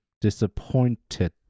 Disappointed